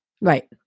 Right